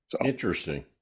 Interesting